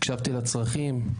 הקשבתי לצרכים,